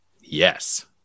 Yes